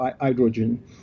hydrogen